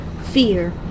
fear